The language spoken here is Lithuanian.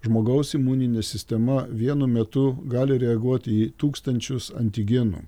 žmogaus imuninė sistema vienu metu gali reaguoti į tūkstančius antigenų